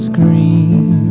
green